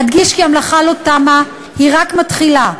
אדגיש כי המלאכה לא תמה, היא רק מתחילה.